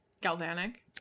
galvanic